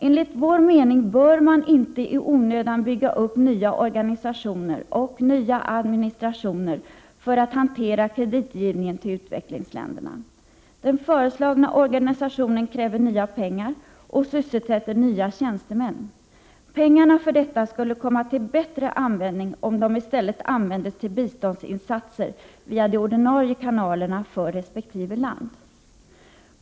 Enligt vår mening bör man inte i onödan bygga upp nya organisationer och nya administrationer för att hantera kreditgivningen till utvecklingsländerna. Den föreslagna organisationen kräver nya pengar och sysselsätter nya tjänstemän. Pengarna för detta skulle vara till bättre nytta om de i stället användes till biståndsinsatser via de ordinarie kanalerna för resp. land.